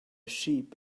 sheep